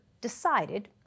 decided